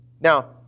Now